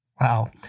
Wow